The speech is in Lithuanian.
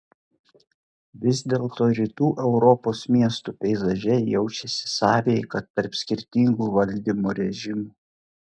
vis dėlto rytų europos miestų peizaže jaučiasi sąveika tarp skirtingų valdymo režimų